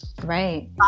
Right